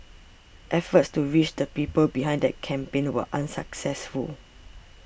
efforts to reach the people behind that campaign were unsuccessful